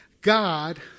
God